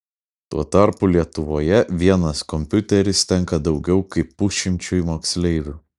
tuo tarpu lietuvoje vienas kompiuteris tenka daugiau kaip pusšimčiui moksleivių